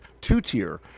two-tier